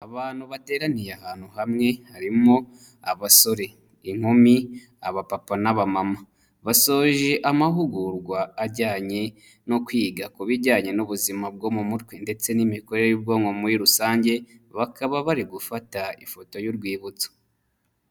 Abantu bateraniye ahantu hamwe, harimo: abasore, inkumi, abapapa n'abamama. Basoje amahugurwa ajyanye no kwiga ku bijyanye n'ubuzima bwo mu mutwe ndetse n'imikorere y'ubwonko muri rusange, bakaba bari gufata ifoto y'urwibutso.